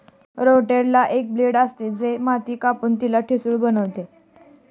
रोटेटरला एक ब्लेड असते, जे माती कापून तिला ठिसूळ बनवते